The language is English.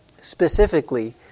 specifically